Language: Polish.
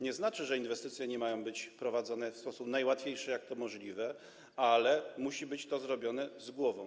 Nie znaczy to, że inwestycje nie mają być prowadzone w sposób najłatwiejszy z możliwych, ale musi być to robione z głową.